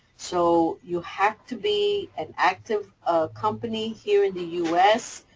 so you have to be an active, ah, company here in the u s.